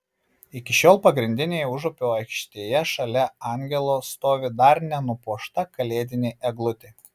iki šiol pagrindinėje užupio aikštėje šalia angelo stovi dar nenupuošta kalėdinė eglutė